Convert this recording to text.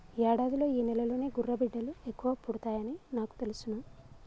యాడాదిలో ఈ నెలలోనే గుర్రబిడ్డలు ఎక్కువ పుడతాయని నాకు తెలుసును